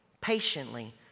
patiently